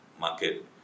market